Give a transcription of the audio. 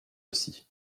aussi